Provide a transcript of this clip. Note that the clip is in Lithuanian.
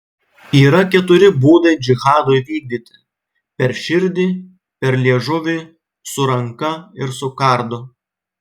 yra keturi būdai džihadui vykdyti per širdį per liežuvį su ranka ir su kardu